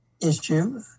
issue